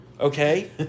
okay